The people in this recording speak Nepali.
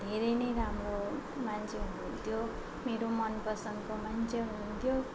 धेरै नै राम्रो मान्छे हुनु हुन्थ्यो मेरो मन पसन्दको मान्छे हुनु हुन्थ्यो